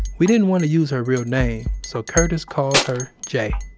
we didn't want to use her real name, so curtis calls her j